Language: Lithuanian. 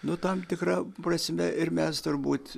nu tam tikra prasme ir mes turbūt